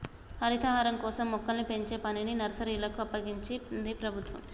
హరితహారం కోసం మొక్కల్ని పెంచే పనిని నర్సరీలకు అప్పగించింది ప్రభుత్వం